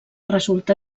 resulta